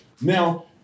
Now